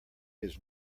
his